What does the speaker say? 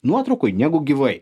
nuotraukoj negu gyvai